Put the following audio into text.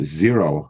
zero